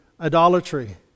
idolatry